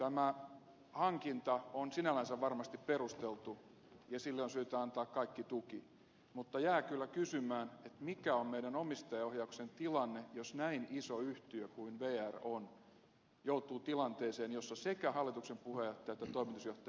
tämä hankinta on sinällänsä varmasti perusteltu ja sille on syytä antaa kaikki tuki mutta jää kyllä kysymään mikä on meidän omistaja ohjauksemme tilanne jos näin iso yhtiö kuin vr on joutuu tilanteeseen jossa sekä hallituksen puheenjohtaja että toimitusjohtaja eroavat